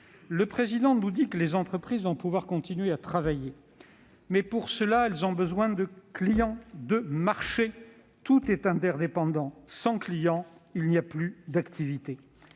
République nous dit que les entreprises vont pouvoir continuer à travailler, mais pour cela elles ont besoin de clients, de marchés. Tout est interdépendant ! Sans clients, il n'y a plus d'activité.